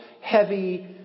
heavy